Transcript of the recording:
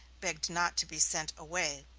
begged not to be sent away.